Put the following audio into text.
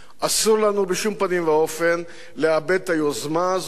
אסור לנו בשום פנים ואופן לאבד את היוזמה הזאת.